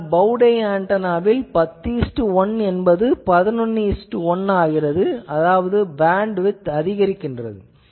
ஆனால் bow tie ஆன்டெனாவில் 101 என்பது 111 என ஆகிறது அதாவது பேண்ட்விட்த் அதிகரிக்கிறது